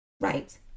right